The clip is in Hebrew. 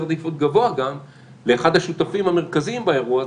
עדיפות גבוה גם לאחד השותפים המרכזיים באירוע הזה,